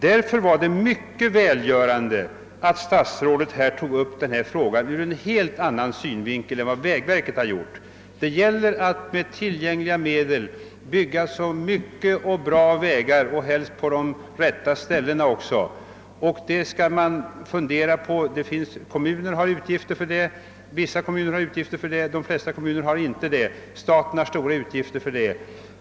Därför var det mycket välgörande att statsrådet tog upp denna fråga ur en helt annan synvinkel än vad vägverket gjort. Det gäller att med tillgängliga medel bygga så många och så bra vägar som möjligt — helst även på de rätta ställena. Vissa kommuner har utgifter för vägbyggande — de flesta har det inte — och staten har stora utgifter härför.